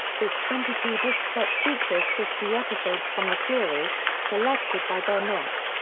this twenty two disc set features fifty episodes from the series, selected by burnett.